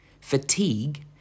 fatigue